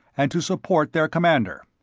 and to support their commander.